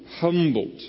humbled